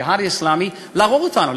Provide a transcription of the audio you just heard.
ו"הג'יהאד האסלאמי" להרוג אותנו,